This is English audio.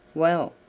well,